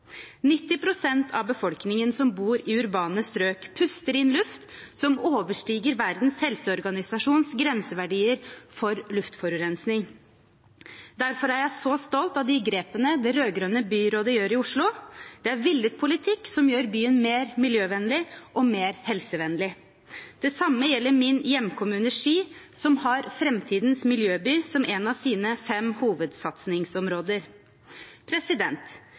pst. av folk som bor i urbane strøk, puster inn luft som overstiger Verdens helseorganisasjons grenseverdier for luftforurensning. Derfor er jeg så stolt av de grepene det rød-grønne byrådet gjør i Oslo, det er villet politikk som gjør byen mer miljøvennlig og mer helsevennlig. Det samme gjelder min hjemkommune, Ski, som har framtidens miljøby som et av sine fem